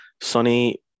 Sonny